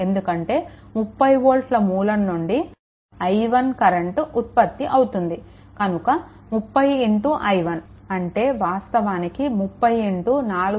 ఎందుకంటే 30 వోల్ట్ల మూలం నుండి i1 కరెంట్ ఉత్పత్తి అవుతుంది కనుక 30 i1 అంటే వాస్తవానికి 30 4